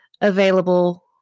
available